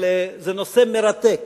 אבל זה נושא מרתק,